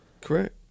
Correct